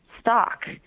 stock